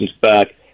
back